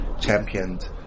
championed